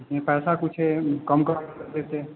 इसमें पैसा कुछ कम कर देते